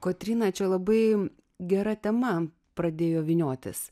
kotryna čia labai gera tema pradėjo vyniotis